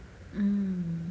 mm